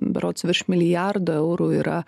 berods virš milijardo eurų yra